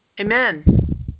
Amen